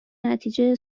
نتیجه